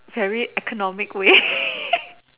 very economic way